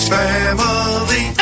family